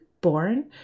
born